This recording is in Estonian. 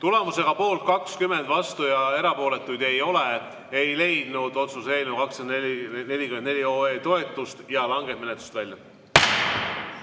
Tulemusega poolt 20, vastu ja erapooletuid ei ole, ei leidnud otsuse-eelnõu 244 toetust ja langeb menetlusest välja.